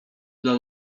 dla